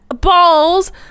balls